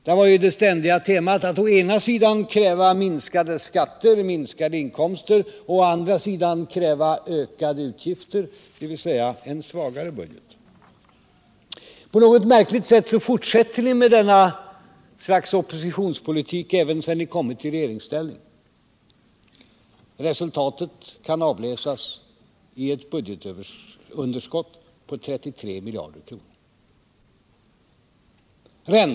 Då var det ständiga temat att å ena sidan kräva minskade skatter, minskade inkomster, och å andra sidan kräva ökade utgifter, dvs. en svagare budget. | På något märkligt sätt fortsätter ni med detta slags oppositionspolitik även sedan ni kommit i regeringsställning. Resultatet kan avläsas i ett budgetunderskott på, som jag nyss nämnde, 33 miljarder kronor.